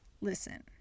Listen